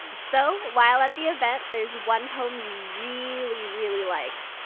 so while at the event, there's one poem you really, really liked.